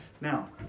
Now